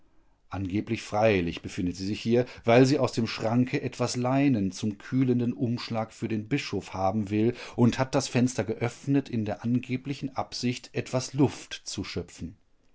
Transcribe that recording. angeblich freilich befindet sie sich hier weil sie aus dem schranke etwas leinen zum kühlenden umschlag für den bischof haben will und hat das fenster geöffnet in der angeblichen absicht etwas luft zu schöpfen